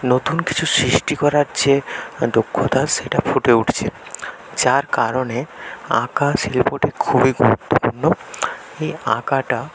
নতুন কিছু সৃষ্টি করার যে দক্ষতা সেটা ফুটে উঠছে যার কারণে আঁকা শিল্পটি খুবই গুরুত্বপূর্ণ এই আঁকাটা